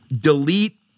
Delete